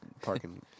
parking